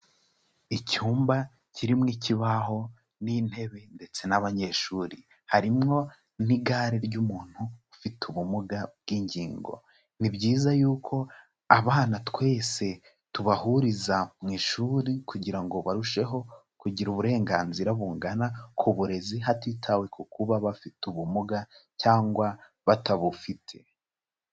Icyumba kirimo ikibaho n'intebe ndetse n'abanyeshuri, harimo n'igare ry'umuntu ufite ubumuga bw'ingingo, ni byiza yuko abana twese tubahuriza mu ishuri kugira ngo barusheho kugira uburenganzira bungana ku burezi, hatitawe ku kuba bafite ubumuga cyangwa batabufite.